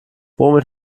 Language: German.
womit